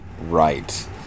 Right